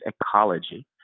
ecology